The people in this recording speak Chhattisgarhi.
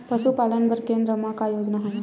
पशुपालन बर केन्द्र म का योजना हवे?